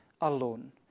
alone